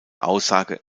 aussage